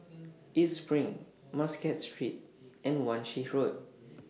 East SPRING Muscat Street and Wan Shih Road